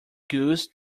goose